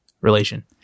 relation